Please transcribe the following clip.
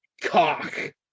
cock